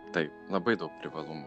taip labai daug privalumų